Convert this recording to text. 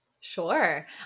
Sure